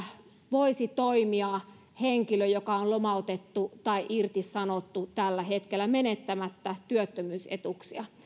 voisi toimia henkilö joka on lomautettu tai irtisanottu tällä hetkellä menettämättä työttömyysetuuksia